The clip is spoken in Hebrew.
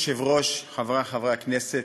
אדוני היושב-ראש, חברי חברי הכנסת,